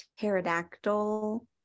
pterodactyl